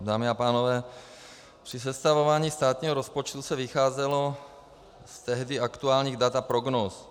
Dámy a pánové, při sestavování státního rozpočtu se vycházelo z tehdy aktuálních dat a prognóz.